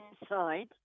inside